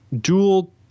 dual